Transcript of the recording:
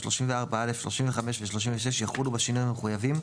34א, 35, ו־36 יחולו, בשינויים המחויבים,